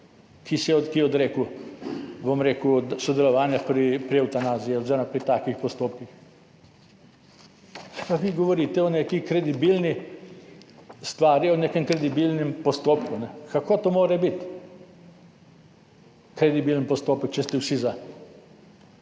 ki se je odrekel sodelovanju pri evtanaziji oziroma pri takih postopkih. Zdaj pa vi govorite o neki kredibilni stvari, o nekem kredibilnem postopku, kako mora biti to kredibilen postopek, če ste vsi za.